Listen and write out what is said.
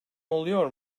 oluyor